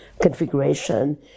configuration